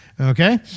Okay